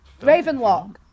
Ravenlock